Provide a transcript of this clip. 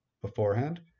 beforehand